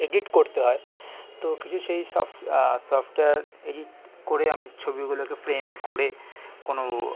edit করতে হয় তো কিছু সেই সব সফটওয়্যার এডিট করে আমি ছবিগুলোকে ফ্রেম করে কোনো